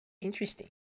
Interesting